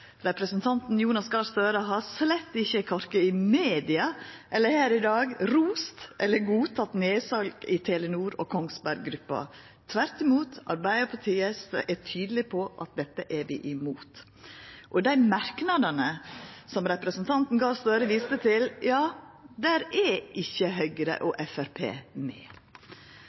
Representanten Jonas Gahr Støre har slett ikkje – korkje i media eller her i dag – rost eller godteke nedsal i Telenor og Kongsberg Gruppa. Tvert imot – Arbeidarpartiet er tydeleg på at dette er vi imot. Dei merknadene som representanten Gahr Støre viste til – ja, der er ikkje Høgre